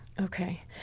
Okay